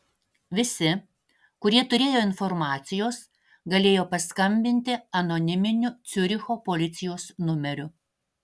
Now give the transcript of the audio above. visi kurie turėjo informacijos galėjo paskambinti anoniminiu ciuricho policijos numeriu